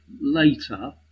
later